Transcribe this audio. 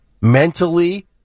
mentally